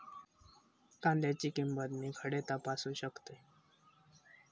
कांद्याची किंमत मी खडे तपासू शकतय?